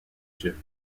jeux